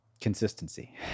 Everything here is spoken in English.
consistency